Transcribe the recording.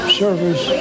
service